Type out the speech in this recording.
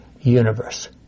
universe